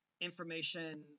information